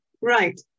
Right